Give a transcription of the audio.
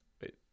wait